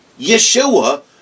Yeshua